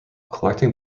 collecting